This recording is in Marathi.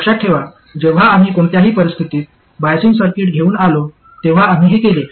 लक्षात ठेवा जेव्हा आम्ही कोणत्याही परिस्थितीत बायसिंग सर्किट घेऊन आलो तेव्हा आम्ही हे केले